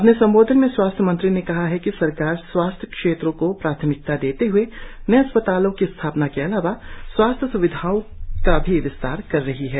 अपने संबोधन में स्वास्थ्य मंत्री ने कहा है कि सरकार स्वास्थ्य क्षेत्रों को प्राथमिकता देते हुए नए अस्पतालों का स्थापना के अलावा स्वास्थ्य स्विधाओं का भी विस्तार कर रही है